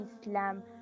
islam